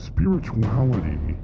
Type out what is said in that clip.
Spirituality